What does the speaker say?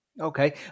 Okay